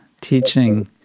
teaching